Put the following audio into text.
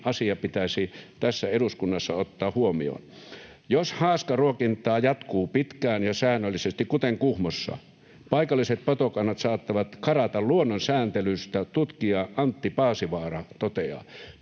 tämäkin asia pitäisi tässä eduskunnassa ottaa huomioon. ”Jos haaskaruokintaa jatkuu pitkään ja säännöllisesti” — kuten Kuhmossa — ”paikalliset petokannat saattavat karata luonnon sääntelystä”, tutkija Antti Paasivaara toteaa.